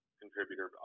contributor